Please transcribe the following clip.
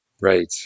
Right